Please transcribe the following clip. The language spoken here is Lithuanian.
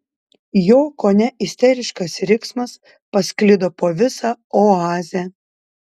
jo kone isteriškas riksmas pasklido po visą oazę